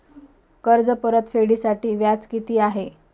कर्ज परतफेडीसाठी व्याज किती आहे?